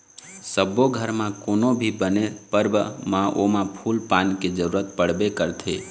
सब्बो घर म कोनो भी बने परब म ओमा फूल पान के जरूरत पड़बे करथे